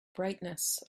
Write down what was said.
brightness